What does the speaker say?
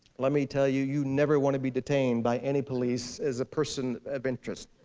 let me tell you, you never want to be detained by any police as a person of interest.